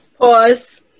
Pause